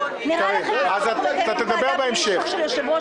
מה הבעיה להראות לנו את האישור?